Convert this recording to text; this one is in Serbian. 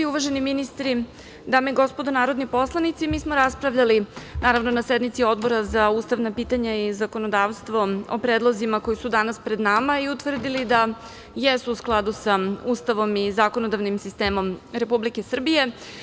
Uvaženi ministri, dame i gospodo narodni poslanici, mi smo raspravljali na sednici Odbora za ustavna pitanja i zakonodavstvo o predlozima koji su danas pred nama i utvrdili da jesu u skladu sa Ustavom i zakonodavnim sistemom Republike Srbije.